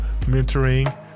mentoring